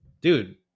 Dude